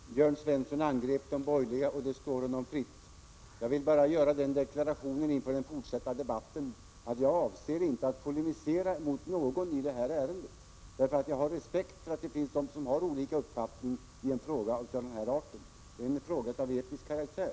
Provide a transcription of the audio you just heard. Herr talman! Jörn Svensson angrep de borgerliga, och det står honom fritt. Jag vill bara göra den deklarationen inför den fortsatta debatten att jag inte avser att polemisera med någon i detta ärende. Jag har respekt för att det finns de som har olika uppfattning i en fråga av denna art. Det är en fråga av etisk karaktär.